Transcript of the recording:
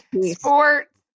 sports